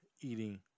eating